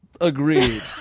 agreed